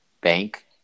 bank